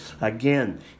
Again